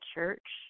Church